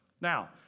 Now